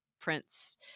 Prince